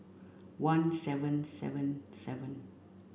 one seven seven seven